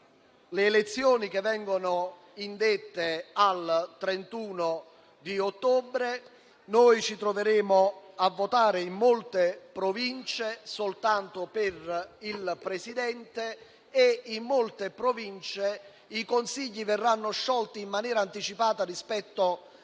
le elezioni che vengono indette al 31 ottobre, noi ci troveremo a votare in molte Province soltanto per il Presidente, mentre in molte altre i consigli provinciali verranno sciolti in maniera anticipata rispetto